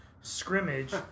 scrimmage